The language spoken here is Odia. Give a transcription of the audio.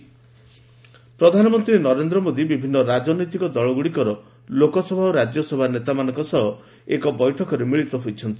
ପିଏମ୍ ମିଟିଂ ପ୍ରଧାନମନ୍ତ୍ରୀ ନରେନ୍ଦ୍ର ମୋଦି ବିଭିନ୍ନ ରାଜନୈତିକ ଦଳଗୁଡ଼ିକର ଲୋକସଭା ଓ ରାଜ୍ୟସଭା ନେତାମାନଙ୍କ ସହ ଏକ ବୈଠକରେ ମିଳିତ ହୋଇଛନ୍ତି